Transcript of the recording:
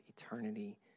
eternity